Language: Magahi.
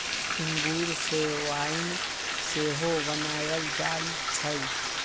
इंगूर से वाइन सेहो बनायल जाइ छइ